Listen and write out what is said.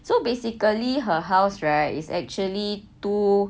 so basically her house rare is actually two